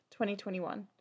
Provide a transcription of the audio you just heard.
2021